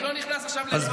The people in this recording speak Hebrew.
אני